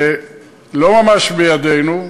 זה לא ממש בידינו.